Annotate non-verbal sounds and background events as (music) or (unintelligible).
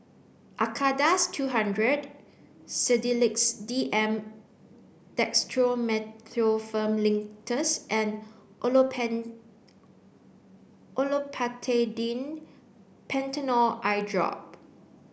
Acardust two hundred Sedilix D M Dextromethorphan Linctus and (unintelligible) Olopatadine Patanol Eyedrop